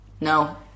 No